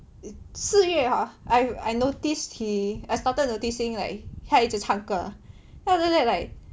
四月 hor I noticed he I started noticing like 他一直唱歌 so after that like